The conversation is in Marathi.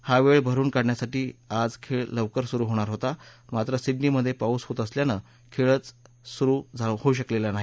हा वेळ भरून काढण्यासाठी आज खेळ लवकर सुरू होणार होता मात्र सिङनीमध्ये पाऊस होत असल्यानं खेळ सुरूच झाला नाही